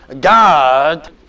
God